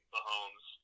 Mahomes